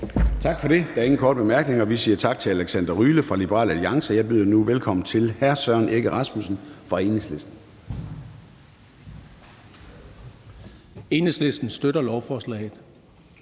Tak for det. Der er ingen korte bemærkninger. Vi siger tak til hr. Alexander Ryle fra Liberal Alliance. Jeg byder nu velkommen til hr. Søren Egge Rasmussen fra Enhedslisten. Kl. 13:09 (Ordfører)